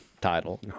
title